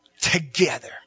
Together